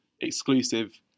exclusive